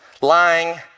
lying